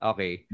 Okay